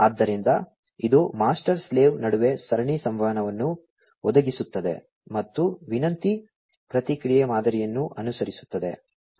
ಆದ್ದರಿಂದ ಇದು ಮಾಸ್ಟರ್ಸ್ಲೇವ್ ನಡುವೆ ಸರಣಿ ಸಂವಹನವನ್ನು ಒದಗಿಸುತ್ತದೆ ಮತ್ತು ವಿನಂತಿಪ್ರತಿಕ್ರಿಯೆ ಮಾದರಿಯನ್ನು ಅನುಸರಿಸುತ್ತದೆ